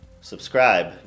subscribe